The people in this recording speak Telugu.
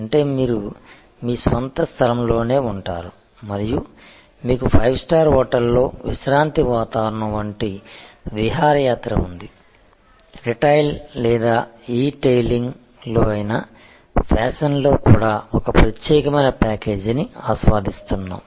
అంటే మీరు మీ స్వంత స్థలంలోనే ఉంటారు మరియు మీకు ఫైవ్ స్టార్ హోటల్లో విశ్రాంతి వాతావరణం వంటి విహారయాత్ర ఉంది రిటైల్ లేదా ఇ టెయిలింగ్లో అయినా ఫ్యాషన్లో కూడా ప్రత్యేకమైన ప్యాకేజీని ఆస్వాదిస్తున్నాము